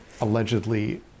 allegedly